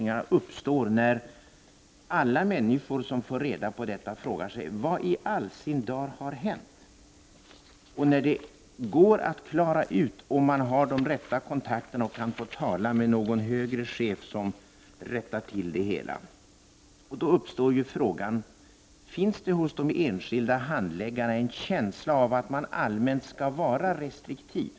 Alla människor som får reda på dessa fall frågar sig: Vad i all sin dar har hänt? Om man har de rätta kontakterna kan man tala med någon högre chef som rättar till det hela. Då uppstår frågan om det hos de enskilda handläggarna finns en känsla av att man skall vara allmänt restriktiv.